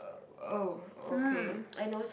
uh oh okay